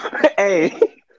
Hey